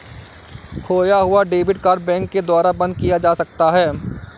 खोया हुआ debit card bank के द्वारा बंद किया जा सकता है